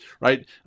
right